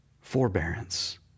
forbearance